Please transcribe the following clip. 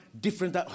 different